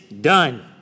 done